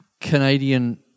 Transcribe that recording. Canadian